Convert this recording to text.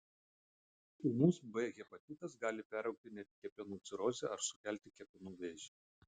ūmus b hepatitas gali peraugti net į kepenų cirozę ar sukelti kepenų vėžį